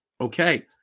Okay